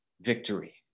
victory